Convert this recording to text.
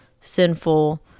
sinful